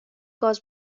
گاز